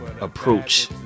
approach